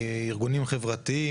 ארגונים חברתיים,